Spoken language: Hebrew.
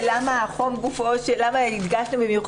כמשמעותו בפרק ג' לתקנות מערכת ניהול בטיחות